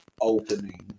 opening